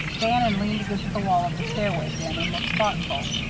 bannon leaned against the wall of the stairway bin, and looked thoughtful.